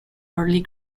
early